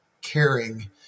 caring